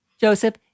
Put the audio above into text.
Joseph